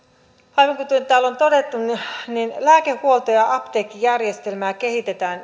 aivan kuten täällä on todettu niin lääkehuolto ja apteekkijärjestelmää kehitetään